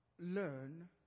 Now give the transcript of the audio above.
learn